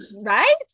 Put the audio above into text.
Right